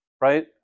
Right